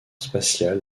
spatial